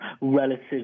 relative